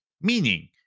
Meaning